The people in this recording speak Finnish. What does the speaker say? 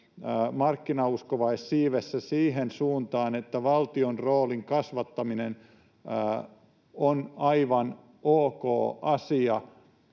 markkinauskovaissiivessä siihen suuntaan, että valtion roolin kasvattaminen on aivan ok asia,